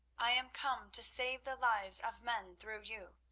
i am come to save the lives of men through you,